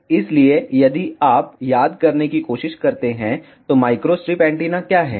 इसलिए यदि आप याद करने की कोशिश करते हैं तो माइक्रोस्ट्रिप एंटीना क्या है